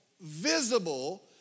visible